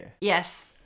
Yes